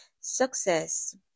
success